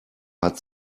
hat